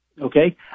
Okay